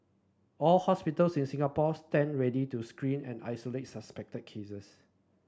all hospitals in Singapore stand ready to screen and isolate suspect cases